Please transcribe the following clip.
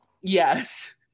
Yes